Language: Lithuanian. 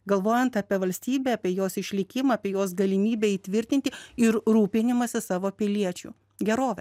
galvojant apie valstybę apie jos išlikimą apie jos galimybę įtvirtinti ir rūpinimąsi savo piliečių gerove